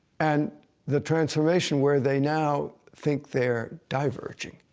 and the transformation, where they now think they're diverging.